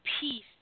peace